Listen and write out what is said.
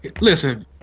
listen